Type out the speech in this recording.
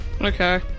Okay